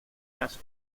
las